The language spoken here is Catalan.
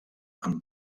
amb